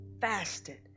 fasted